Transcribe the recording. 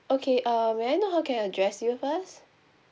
okay uh may I know how can I address you first